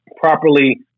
properly